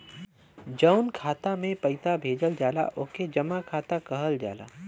जउन खाता मे पइसा भेजल जाला ओके जमा खाता कहल जाला